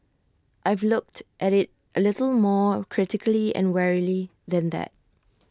I've looked at IT A little more critically and warily than that